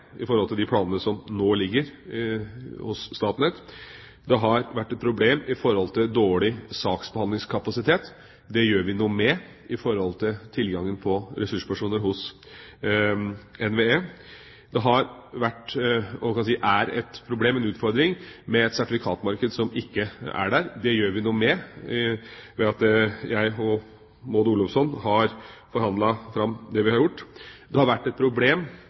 i de planene som nå ligger hos Statnett. Det har vært et problem med dårlig saksbehandlingskapasitet. Det gjør vi noe med i tilknytning til tilgangen på ressurspersoner hos NVE. Det har vært, og er, et problem, en utfordring, med et sertifikatmarked som ikke er der. Det gjør vi noe med, ved at jeg og Maud Olofsson har forhandlet fram det vi har gjort. Det har vært et problem